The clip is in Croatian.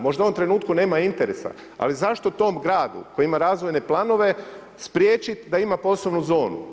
Možda u ovom trenutku nema interesa, ali zašto tom gradu koji ima razvojne planove spriječiti da ima poslovnu zonu?